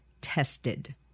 tested